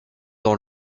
dans